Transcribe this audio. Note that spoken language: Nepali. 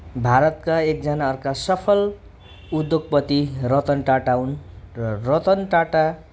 भारतका एकजना अर्का सफल उद्योगपति रतन टाटा हुन् र रतन टाटा